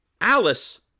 Alice